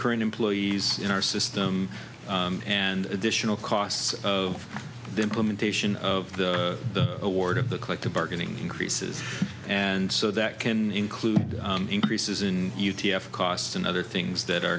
current employees in our system and additional costs of the implementation of the award of the collective bargaining increases and so that can include increases in you t f costs and other things that are